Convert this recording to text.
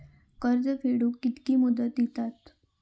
कर्ज फेडूक कित्की मुदत दितात?